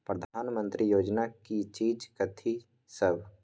प्रधानमंत्री योजना की चीज कथि सब?